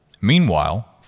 Meanwhile